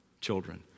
children